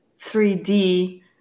3D